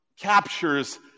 captures